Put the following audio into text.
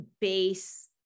base